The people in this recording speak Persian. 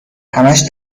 همش